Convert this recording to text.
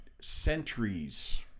centuries